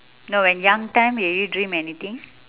no when young time did you dream anything